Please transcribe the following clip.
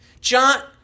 John